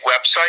website